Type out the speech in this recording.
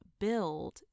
build